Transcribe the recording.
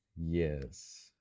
yes